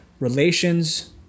Relations